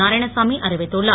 நாராயணசாமி அறிவித்துள்ளார்